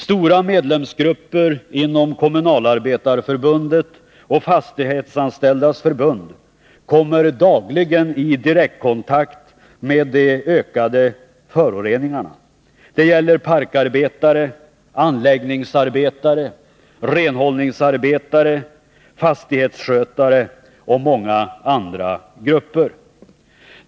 Stora medlemsgrupper inom Kommunalarbetareförbundet och Fastighetsanställdas förbund kommer dagligen i direkt kontakt med de ökande föroreningarna. Det gäller parkarbetare, anläggningsarbetare, renhållningsarbetare, fastighetsskötare och många andra grupper.